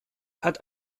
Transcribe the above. hat